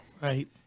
Right